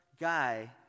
guy